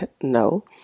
no